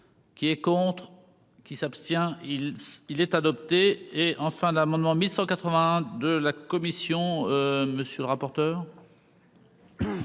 qui est contre. Qui s'abstient, il s'il est adopté et enfin d'amendement 1181 de la commission, monsieur le rapporteur.